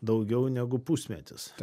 daugiau negu pusmetis